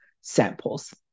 samples